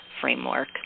Framework